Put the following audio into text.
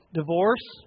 divorce